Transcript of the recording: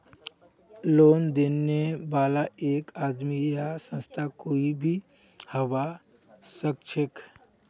loan देने बाला एक आदमी या संस्था कोई भी हबा सखछेक